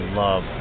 love